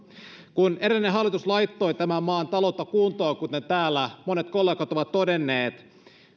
kun edellinen hallitus laittoi tämän maan taloutta kuntoon kuten täällä monet kollegat ovat todenneet